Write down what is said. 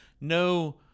no